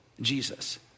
Jesus